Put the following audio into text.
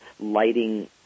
lighting